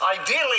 Ideally